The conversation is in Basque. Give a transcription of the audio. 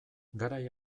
garai